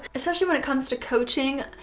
especially when it comes to coaching,